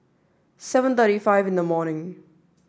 seven thirty five in the morning